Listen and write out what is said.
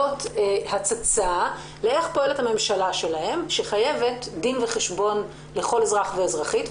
הצצה איך פועלת הממשלה שחייבת דין וחשבון לכל אזרח ואזרחית.